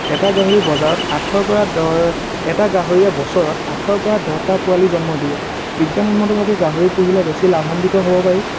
এটা গাহৰি বজাৰত আঠৰপৰা দহ এটা গাহৰিয়ে বছৰত আঠৰপৰা দহটা পোৱালি জন্ম দিয়ে বিজ্ঞানসন্মতভাৱে গাহৰি পুহিলে বেছি লাভান্বিত হ'ব পাৰি